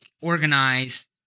organize